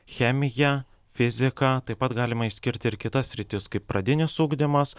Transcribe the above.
chemija fizika taip pat galima išskirti ir kitas sritis kaip pradinis ugdymas